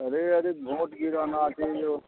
रे अजित भोँट गिराना चैलि जो